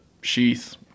sheath